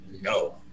No